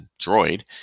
droid